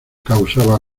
causaba